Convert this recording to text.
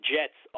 Jets